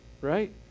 right